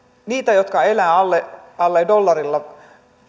niiden jotka elävät alle alle dollarilla